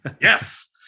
yes